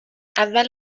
اول